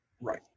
Right